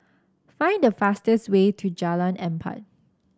find the fastest way to Jalan Empat